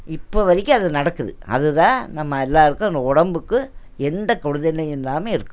இப்போ வரைக்கும் அது நடக்குது அது தான் நம்ம எல்லோருக்கும் நு உடம்புக்கு எந்த கெடுதலும் இல்லாமல் இருக்குது